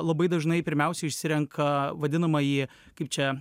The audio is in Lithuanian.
labai dažnai pirmiausia išsirenka vadinamąjį kaip čia